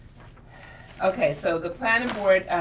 okay, so the planning board,